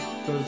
Cause